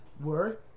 word